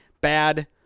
bad